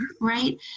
right